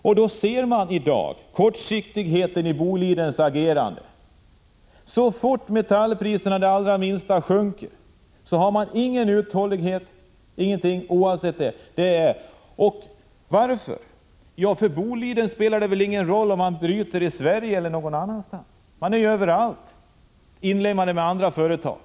149 I dag ser man kortsiktigheten i Bolidens agerande. Så fort metallpriserna sjunker det allra minsta har man ingen uthållighet. Och varför? Ja, för Boliden spelar det ingen roll om man bryter i Sverige eller någon annanstans. Företaget finns överallt, inlemmat med andra företag.